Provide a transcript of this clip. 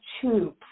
two